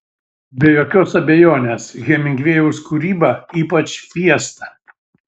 be jokios abejonės hemingvėjaus kūryba ypač fiesta